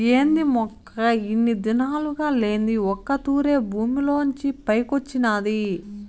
ఏంది మొక్క ఇన్ని దినాలుగా లేంది ఒక్క తూరె భూమిలోంచి పైకొచ్చినాది